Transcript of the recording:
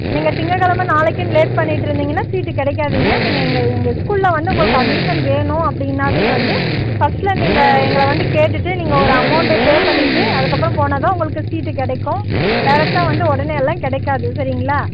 நீங்கள் திங்கக்கெழமை நாளைக்கின்னு லேட் பண்ணிட்ருந்திங்கனா சீட்டு கிடைக்காதுங்க நீங்கள் எங்கள் எங்கள் ஸ்கூலில் வந்து உங்களுக்கு அட்மிஷன் வேணும் அப்படின்னாவே வந்து ஃபஸ்ட்டே நீங்கள் எங்களை வந்து கேட்டுட்டு நீங்கள் ஒரு அமௌன்ட்டு பே பண்ணிட்டு அதுக்கப்புறம் போனால் தான் உங்களுக்கு சீட்டு கிடைக்கும் டைரெக்டா வந்து உடனேலாம் கிடைக்காது சரிங்களா